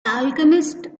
alchemist